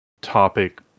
topic